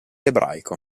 ebraico